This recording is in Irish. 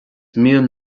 mian